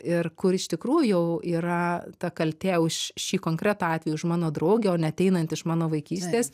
ir kur iš tikrųjų yra ta kaltė už šį konkretų atvejį už mano draugę o ne ateinant iš mano vaikystės